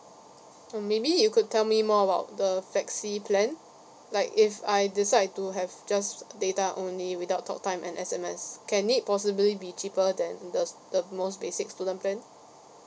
maybe you could tell me more about the flexi plan like if I decide to have just data only without talk time and S_M_S can it possibly be cheaper than the the most basic student plan